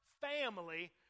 family